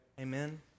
Amen